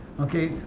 Okay